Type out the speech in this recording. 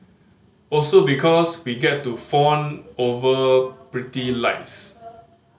also because we get to fawn over pretty lights